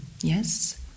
yes